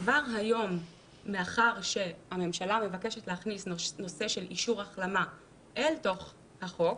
כבר היום מאחר שהממשלה מבקשת להכניס נושא של אישור החלמה אל תוך החוק,